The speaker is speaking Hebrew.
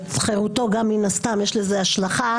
חירותו גם מן הסתם, יש לזה השלכה,